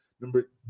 number